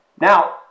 Now